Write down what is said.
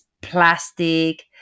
plastic